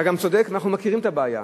אתה גם צודק, אנחנו מכירים את הבעיה,